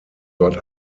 dort